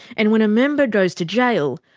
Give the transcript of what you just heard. and when a member goes to jail,